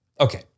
Okay